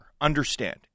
understand